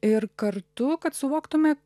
ir kartu kad suvoktume